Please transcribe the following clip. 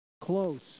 close